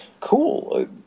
Cool